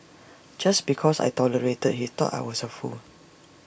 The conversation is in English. just because I tolerated he thought I was A fool